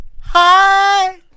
Hi